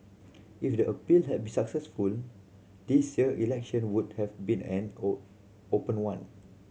if the appeal had been successful this year election would have been an open one